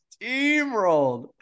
Steamrolled